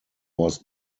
was